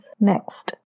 next